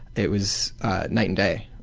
it was night and day.